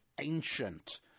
ancient